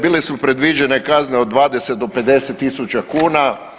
Bile su predviđene kazne od 20 do 50 000 kuna.